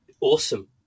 Awesome